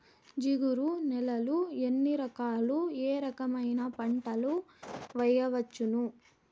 జిగురు నేలలు ఎన్ని రకాలు ఏ రకమైన పంటలు వేయవచ్చును?